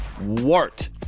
wart